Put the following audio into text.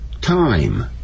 time